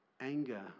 Anger